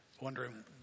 wondering